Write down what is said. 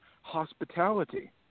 hospitality